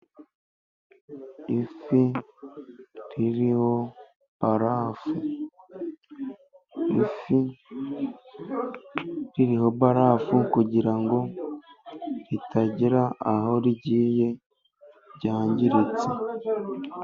Ifi ririho barafu. Ifi ririho barafu kugira ngo ritagera aho rigiye ryangiritse.